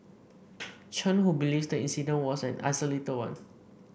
Chen who believes the incident was an isolated one